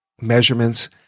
measurements